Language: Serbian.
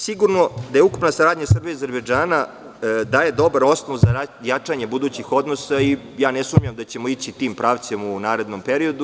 Sigurno je da ukupna saradnja Srbije i Azerbejdžana daje dobar osnov za jačanje budućih odnosa i ne sumnjam da ćemo ići tim pravcem u narednom periodu.